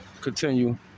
continue